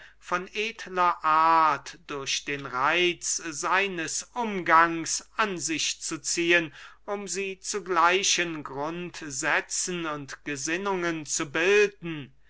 von edler art durch den reitz seines umgangs an sich zu ziehen um sie zu gleichen grundsätzen und gesinnungen zu bilden